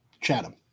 Chatham